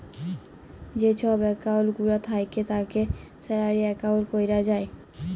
যে ছব একাউল্ট গুলা থ্যাকে তাকে স্যালারি একাউল্ট ক্যরা যায়